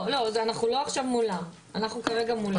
לא, אנחנו לא עכשיו מולם, אנחנו כרגע מולך.